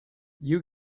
you